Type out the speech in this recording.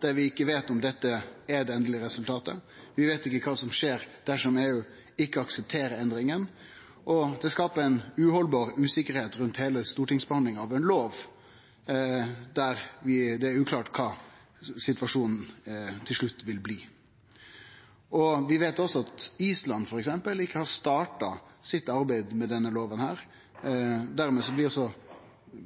vi ikkje veit om dette er det endelege resultatet, vi veit ikkje kva som skjer dersom EU ikkje aksepterer endringane, og det skaper ei uhaldbar usikkerheit rundt heile stortingsbehandlinga av ein lov der det er uklart korleis situasjonen til slutt vil bli. Vi veit også at f.eks. Island ikkje har starta arbeidet med denne loven. Dermed blir